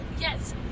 Yes